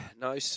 No